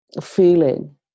feeling